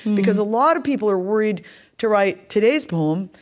because a lot of people are worried to write today's poem,